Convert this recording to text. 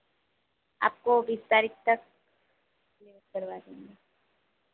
आपको बीस तारीख तक डिलीवर करवा देंगे